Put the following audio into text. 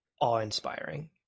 awe-inspiring